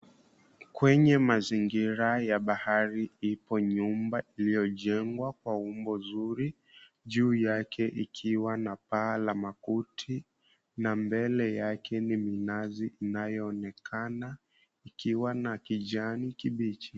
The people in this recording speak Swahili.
Kwenye mazingira ya bahari ipo nyumba iliyojengwa kwa umbo zuri juu yake ikiwa na paa la makuti na mbele yake ni minazi inayoonekana ikiwa na kijani kibichi.